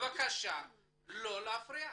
בבקשה לא להפריע,